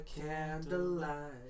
Candlelight